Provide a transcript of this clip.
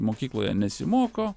mokykloje nesimoko